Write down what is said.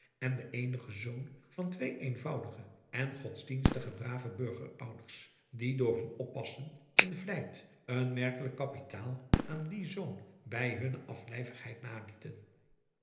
en de eenige zoon van twee eenvoudige en godsdienstige brave burgerouders die door hun oppassen en vlijt een merkelijk kapitaal aan dien zoon bij hunne aflijvigheid nalieten